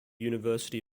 university